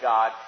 God